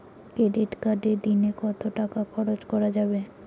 Credit কার্ডে দিনে কত টাকা খরচ করা যাবে?